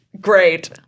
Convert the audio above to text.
Great